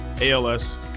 ALS